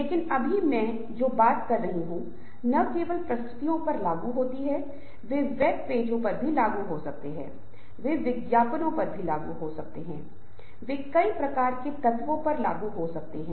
समूह मूल रूप से 2 या अधिक लोगों की सामूहिकता है और डायनामिक्स एक ग्रीक शब्द से आया है जिसका अर्थ है बल इस प्रकार समूह की गतिशीलताडायनामिक्स dynamics का संबंध सामाजिक स्थितियों में समूह के सदस्यों के बीच बलों के संपर्क से है